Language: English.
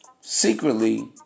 secretly